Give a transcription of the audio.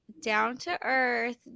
down-to-earth